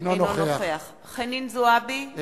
אינו נוכח חנין זועבי,